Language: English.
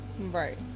right